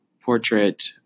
portrait